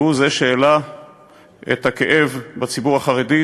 שהוא זה שהעלה את הכאב בציבור החרדי,